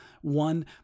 one